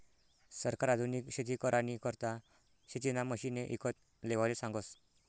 सरकार आधुनिक शेती करानी करता शेतीना मशिने ईकत लेवाले सांगस